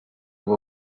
aba